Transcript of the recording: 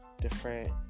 different